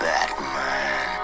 Batman